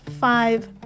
five